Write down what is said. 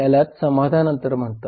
यालाच समाधान अंतर म्हणतात